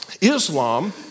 Islam